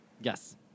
Yes